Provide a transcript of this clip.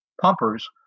pumpers